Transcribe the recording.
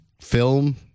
film